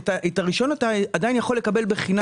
את הרשיון אתה עדיין יכול לקבל בחינם.